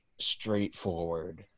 straightforward